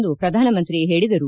ಎಂದು ಪ್ರಧಾನಮಂತ್ರಿ ಹೇಳಿದರು